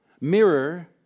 Mirror